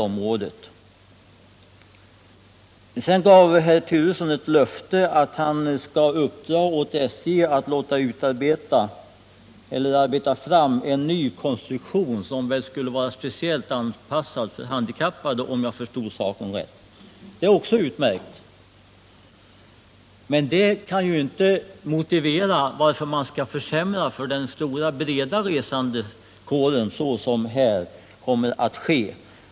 Sedan gav herr Turesson ett löfte om att han skall uppdra åt SJ att låta arbeta fram en ny konstruktion, som väl skulle vara speciellt anpassad för de handikappade, om jag förstod saken rätt. Det är också utmärkt, men det kan inte motivera den försämring för den stora breda resandekåren som här kommer att ske.